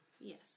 Yes